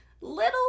little